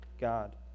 God